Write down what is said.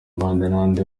mbanenande